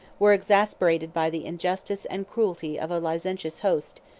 were exasperated by the injustice and cruelty of a licentious host,